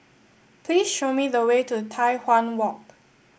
please show me the way to Tai Hwan Walk